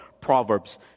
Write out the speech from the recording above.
Proverbs